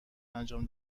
انجام